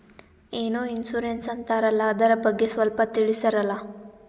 ಏನೋ ಇನ್ಸೂರೆನ್ಸ್ ಅಂತಾರಲ್ಲ, ಅದರ ಬಗ್ಗೆ ಸ್ವಲ್ಪ ತಿಳಿಸರಲಾ?